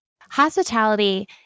Hospitality